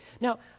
Now